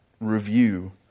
review